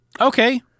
Okay